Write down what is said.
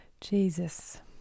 Jesus